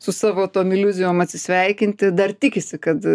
su savo tom iliuzijom atsisveikinti dar tikisi kad